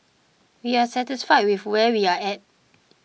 we are satisfied with where we are at